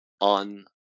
on